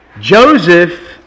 Joseph